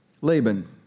Laban